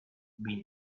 been